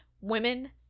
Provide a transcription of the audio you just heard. women